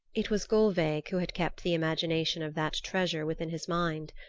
it was gulveig who had kept the imagination of that treasure within his mind.